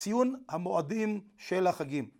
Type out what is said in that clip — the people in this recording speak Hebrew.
ציון המועדים של החגים